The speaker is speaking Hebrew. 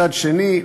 מצד שני.